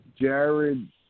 Jared